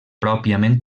pròpiament